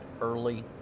early